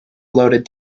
loaded